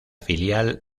filial